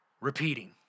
repeating